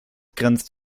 grenzt